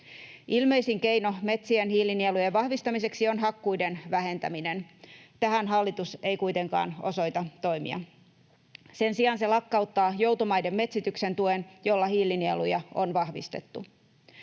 Ilmeisin keino metsien hiilinielujen vahvistamiseksi on hakkuiden vähentäminen. Tähän hallitus ei kuitenkaan osoita toimia. Sen sijaan se lakkauttaa joutomaiden metsityksen tuen, jolla hiilinieluja on vahvistettu.